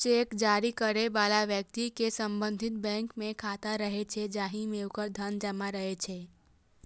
cheque जारी करै बला व्यक्ति के संबंधित बैंक मे खाता रहै छै, जाहि मे ओकर धन जमा रहै छै